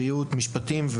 בריאות ומשפטים,